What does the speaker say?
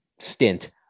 stint